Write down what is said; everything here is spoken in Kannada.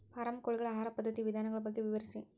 ಫಾರಂ ಕೋಳಿಗಳ ಆಹಾರ ಪದ್ಧತಿಯ ವಿಧಾನಗಳ ಬಗ್ಗೆ ವಿವರಿಸಿ